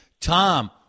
tom